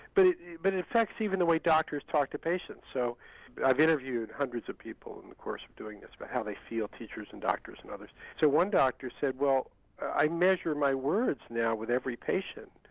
but it but it affects even the way doctors talk to patients, so i've interviewed hundreds of people in the course of doing this, about but how they feel, teachers and doctors and others. so one doctor said, well i measure my words now with every patient.